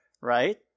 right